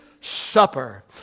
supper